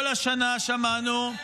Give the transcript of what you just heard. כל השנה שמענו.